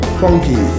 funky